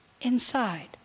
inside